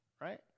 right